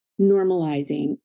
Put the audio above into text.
normalizing